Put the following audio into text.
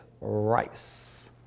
rice